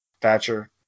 Thatcher